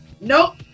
nope